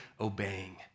obeying